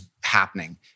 happening